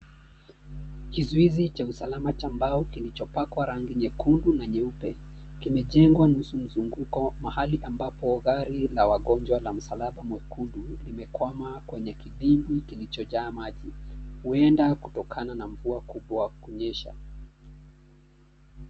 Kizuizi cha usalama cha mbao kilicho pakwa rangi nyekundu na nyeupe kimejengwa nusu mzunguko mahali ambapo gari la wagonjwa la msalaba mwekundu limekwama kwenye kidimbwi kilicho jaa maji. Huenda kutokana na mvua kubwa kunyesha.